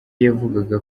yavugaga